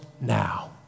now